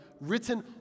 written